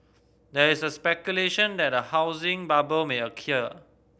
there is speculation that a housing bubble may occur